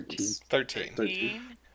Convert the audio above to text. Thirteen